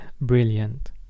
brilliant